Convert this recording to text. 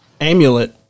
amulet